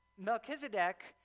Melchizedek